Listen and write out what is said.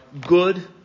good